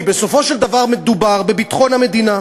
כי בסופו של דבר מדובר בביטחון המדינה.